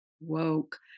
woke